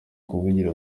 kuvugira